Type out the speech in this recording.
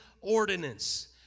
ordinance